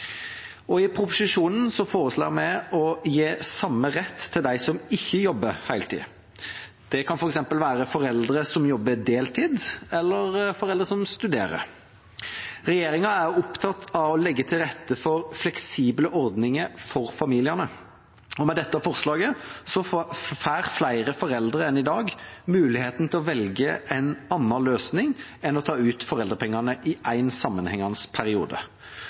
I proposisjonen foreslår vi å gi samme rett til dem som ikke jobber heltid. Det kan f.eks. være foreldre som jobber deltid, eller foreldre som studerer. Regjeringa er opptatt av å legge til rette for fleksible ordninger for familiene, og med dette forslaget får flere foreldre enn i dag muligheten til å velge en annen løsning enn å ta ut foreldrepengene i en sammenhengende periode.